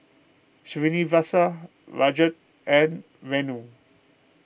Srinivasa Rajat and Renu